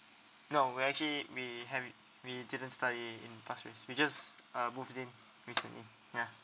no we actually we have it we didn't study in pasir ris we just uh moved in recently ya